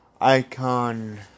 icon